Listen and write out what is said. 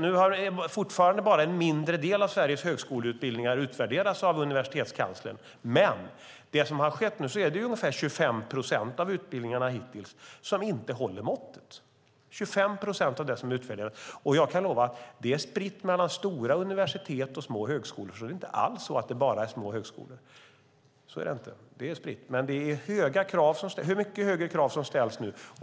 Nu har fortfarande bara en mindre del av Sveriges högskoleutbildningar utvärderats av universitetskanslern, men i de utvärderingar som har gjorts hittills har det visat sig att det är ungefär 25 procent av utbildningarna som inte håller måttet. Jag kan lova att det är spritt mellan stora universitet och små skolor. Det är inte alls bara små högskolor det handlar om. Det är spritt. Det är dock mycket högre krav som ställs nu.